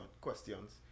questions